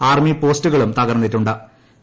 army പോസ്റ്റുകളും തകർന്നിട്ടു്